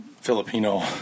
Filipino